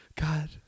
God